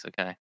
Okay